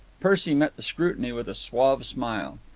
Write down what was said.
percy met the scrutiny with a suave smile.